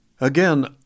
Again